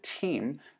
team